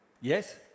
Yes